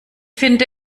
finde